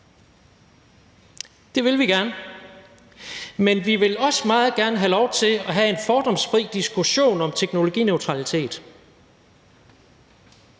Det vil vi gerne, men vi vil også meget gerne have lov til at have en fordomsfri diskussion om teknologineutralitet,